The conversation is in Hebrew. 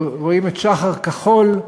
רואים את שח"ר כחול,